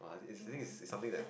oh it's like